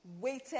Waited